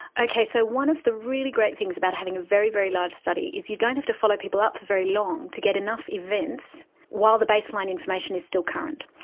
okay, so one of the really great things about having a very, very large study is you don't have to follow people up for very long to get enough events while the baseline information is still current.